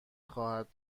خواهد